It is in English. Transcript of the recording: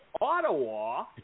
Ottawa